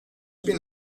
bin